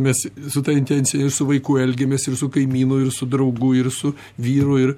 mes su ta intencija ir su vaiku elgiamės ir su kaimynu ir su draugu ir su vyru ir